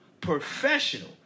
professional